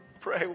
pray